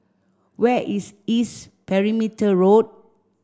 where is East Perimeter Road